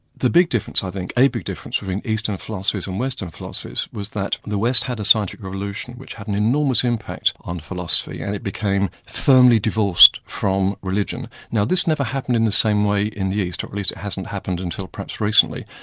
the big difference i think, a big difference, within eastern philosophies or and western philosophies, was that the west had a scientific revolution which had an enormous impact on philosophy and it became firmly divorced from religion. now this never happened in the same way in the east, or at least it hasn't happened until perhaps recently.